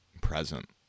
present